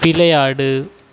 விளையாடு